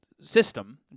system